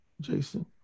Jason